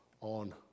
on